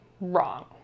wrong